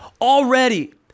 Already